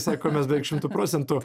sako mes beveik šimtu procentų